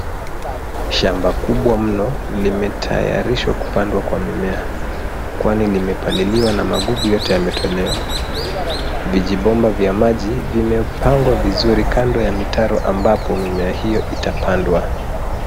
Shamba kubwa mno limetayarishwa kupandwa kwa mimea kwani limepaliliwa na magugu yote yametolewa. Vijibomba vya maji vimepangwa vizuri kando ya mitaro ambapo mimea hiyo itapandwa.